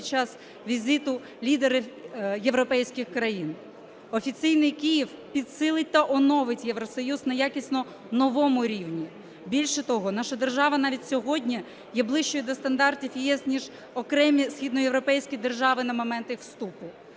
під час візиту лідерів європейських країн. Офіційний Київ підсилить та оновить Євросоюз на якісно новому рівні. Більше того, наша держава навіть сьогодні є ближчою до стандартів ЄС, ніж окремі східноєвропейські держави на момент їх вступу.